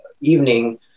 evening